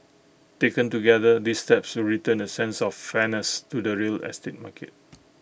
taken together these steps return A sense of fairness to the real estate market